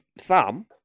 thumb